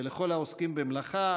תודה לכל העוסקים במלאכה.